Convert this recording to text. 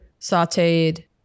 sauteed